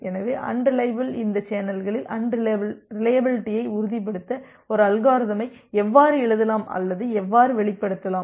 எனவே அன்ரிலையபில் இந்த சேனல்களில் ரிலையபிலிட்டியை உறுதிப்படுத்த ஒரு அல்காரிதமை எவ்வாறு எழுதலாம் அல்லது எவ்வாறு வெளிப்படுத்தலாம்